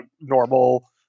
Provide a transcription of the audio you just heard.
normal